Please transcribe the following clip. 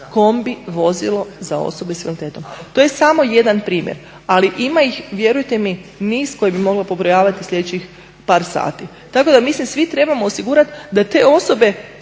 kombi vozilo za osobe sa invaliditetom. To je samo jedan primjer, ali ima ih vjerujte mi niz koje bi mogla pobrojavati sljedećih par sati. Tako da mi se svi trebamo osigurati da te osobe,